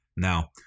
Now